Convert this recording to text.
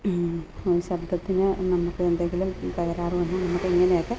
ഈ ശബ്ദത്തിന് നമുക്ക് എന്തെങ്കിലും തകരാറ് വന്നാൽ നമുക്ക് ഇങ്ങനെയൊക്ക